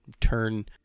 turn